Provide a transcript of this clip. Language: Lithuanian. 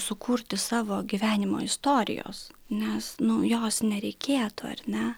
sukurti savo gyvenimo istorijos nes nu jos nereikėtų ar ne